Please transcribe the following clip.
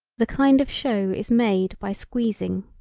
the kind of show is made by squeezing.